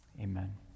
amen